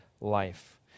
life